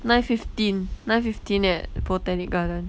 nine fifteen nine fifteen at botanic garden